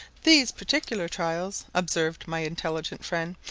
these particular trials, observed my intelligent friend,